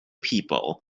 people